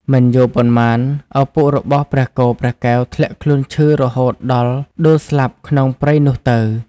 មិនយូរប៉ុន្មាន ឪពុករបស់ព្រះគោព្រះកែវធ្លាក់ខ្លួនឈឺរហូតដល់ដួលស្លាប់ក្នុងព្រៃនោះទៅ ។